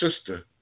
sister